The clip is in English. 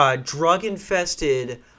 drug-infested